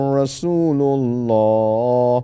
Rasulullah